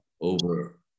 over